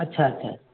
अच्छा अच्छा